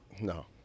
No